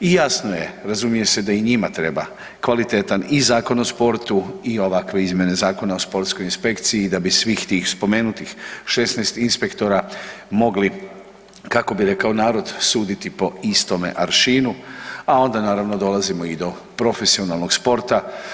I jasno je, razumije se da i njima treba kvalitetan i Zakon o sportu i ovakve izmjene Zakona o sportskoj inspekciji da bi svih tih spomenutih 16 inspektora mogli kako bi rekao narod sudi po istome aršinu, a onda naravno dolazimo i do profesionalnoga sporta.